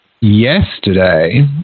yesterday